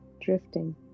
drifting